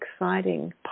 exciting